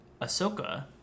Ahsoka